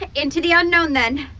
and into the unknown, then.